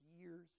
years